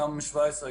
גם 2017,